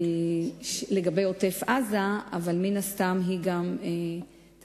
לגבי עוטף-עזה אבל מן הסתם היא תעבור,